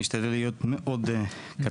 אני אשתדל להיות מאוד קצר.